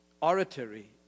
oratory